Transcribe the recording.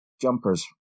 Jumpers